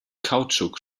kautschuk